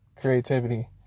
creativity